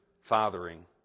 fathering